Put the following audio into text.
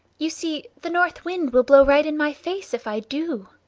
you see the north wind will blow right in my face if i do.